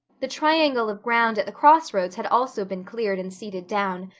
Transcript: the triangle of ground at the cross roads had also been cleared and seeded down,